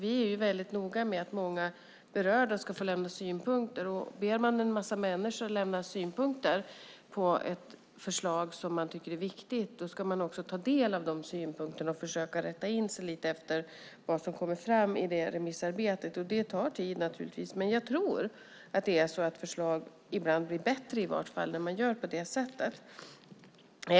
Vi är väldigt noga med att många berörda ska få lämna synpunkter. Ber man en massa människor att lämna synpunkter på ett förslag som man tycker är viktigt ska man också ta del av de synpunkterna och försöka rätta sig efter vad som kommer fram i remissarbetet. Det tar naturligtvis tid, men jag tror att förslag, ibland i vart fall, blir bättre om man gör på det sättet.